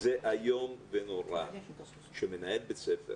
איום ונורא שמנהל בית ספר